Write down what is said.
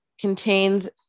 contains